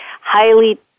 highly